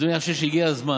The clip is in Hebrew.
אדוני, אני חושב שהגיע הזמן